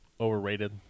overrated